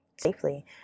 safely